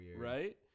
Right